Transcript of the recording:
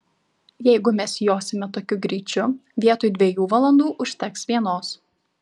jeigu mes josime tokiu greičiu vietoj dviejų valandų užteks vienos